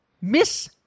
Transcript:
Miss